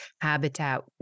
habitat